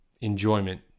enjoyment